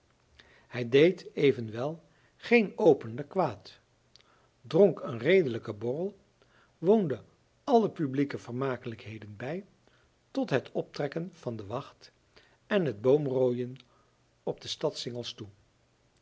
hij deed evenwel geen openlijk kwaad dronk een redelijken borrel woonde alle publieke vermakelijkheden bij tot het optrekken van de wacht en het boomrooien op de stadssingels toe